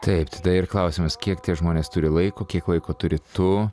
taip tada ir klausimas kiek tie žmonės turi laiko kiek laiko turi tu